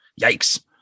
Yikes